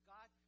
God